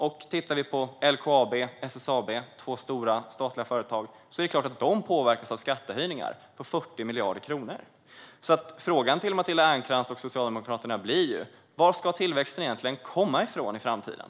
Och det är klart att LKAB och SSAB - två stora statliga företag - påverkas av skattehöjningar på 40 miljarder kronor. Frågan till Matilda Ernkrans och Socialdemokraterna blir: Var ska tillväxten egentligen komma från i framtiden?